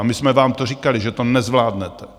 A my jsme vám to říkali, že to nezvládnete.